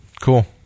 cool